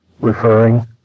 referring